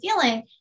feeling